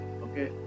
okay